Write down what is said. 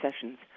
sessions